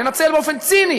לנצל באופן ציני